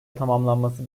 tamamlanması